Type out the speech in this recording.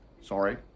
Sorry